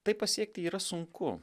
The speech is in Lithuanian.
tai pasiekti yra sunku